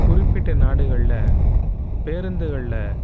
குறிப்பிட்ட நாடுகளில் பேருந்துகளில்